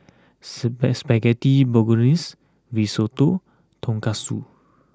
Spaghetti Bolognese Risotto Tonkatsu